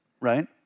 right